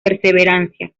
perseverancia